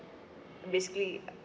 basically